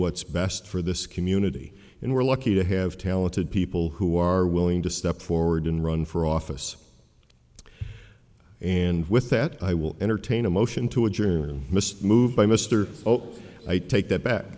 what's best for this community and we're lucky to have talented people who are willing to step forward and run for office and with that i will entertain a motion to adjourn move by mr i take that back